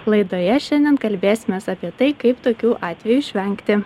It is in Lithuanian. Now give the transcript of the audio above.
laidoje šiandien kalbėsimės apie tai kaip tokių atvejų išvengti